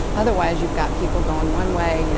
otherwise you've got people going one way, you know